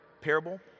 parable